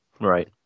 Right